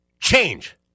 Change